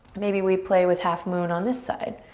maybe we play with half moon on this side.